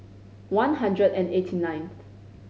one hundred and eighty nineth